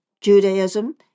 Judaism